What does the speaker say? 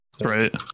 Right